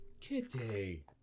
Kitty